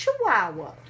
chihuahua